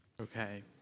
Okay